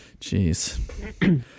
Jeez